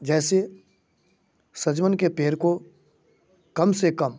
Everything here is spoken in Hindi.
जैसे सजवन के पेड़ को कम से कम